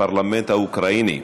הפרלמנט האוקראיני,